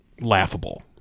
laughable